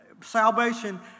salvation